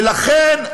ולכן,